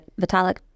vitalik